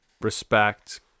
respect